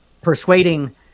persuading